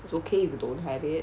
it's okay if you don't have it